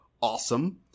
awesome